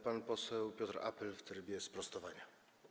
Pan poseł Piotr Apel w trybie sprostowania.